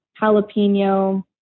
jalapeno